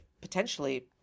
potentially